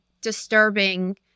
disturbing